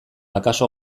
akaso